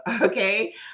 okay